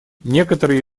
некоторые